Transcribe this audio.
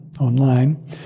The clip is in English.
online